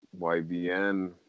YBN